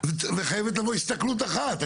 וחייבת לבוא הסתכלות אחת.